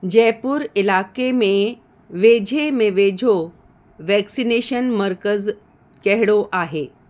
जयपुर इलाइक़े में वेझे में वेझो वैक्सीनेशन मर्कज़ कहिड़ो आहे